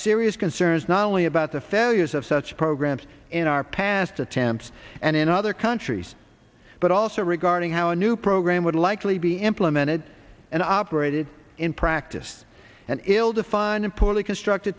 serious concerns not only about the fair use of such programs in our past attempts and in other countries but also regarding how a new program would likely be implemented and operated in practice and ill defined and poorly construct